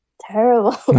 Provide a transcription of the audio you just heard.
Terrible